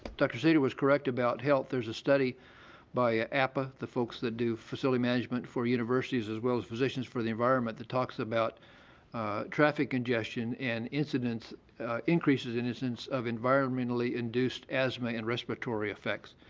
dr. seder was correct about health. there's a study by appa, the folks that do facility management for universities as well as physicians for the environment that talks about traffic congestion and increases in incidents of environmentally induced asthma and respiratory effects.